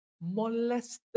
molested